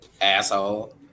asshole